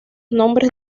nombres